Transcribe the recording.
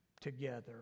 together